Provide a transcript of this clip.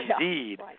Indeed